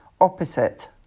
opposite